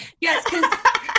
yes